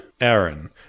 Aaron